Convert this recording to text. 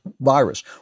virus